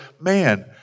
man